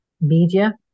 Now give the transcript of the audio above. media